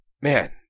man